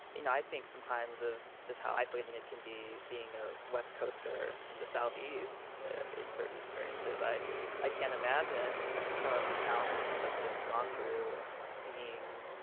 i think sometimes of just how isolating it can be being a west coaster in the southeast in certain experiences. i i can't imagine some of the challenges he must've gone through being,